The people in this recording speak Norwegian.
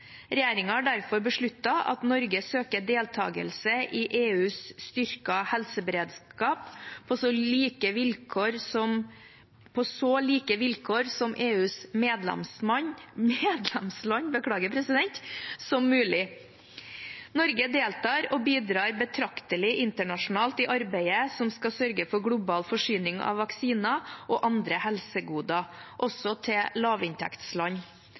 har derfor besluttet at Norge søker deltagelse i EUs styrkede helseberedskap på så like vilkår med EUs medlemsland som mulig. Norge deltar og bidrar betraktelig internasjonalt i arbeidet som skal sørge for global forsyning av vaksiner og andre helsegoder, også til lavinntektsland.